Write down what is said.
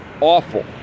awful